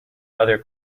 other